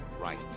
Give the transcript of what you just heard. right